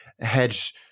hedge –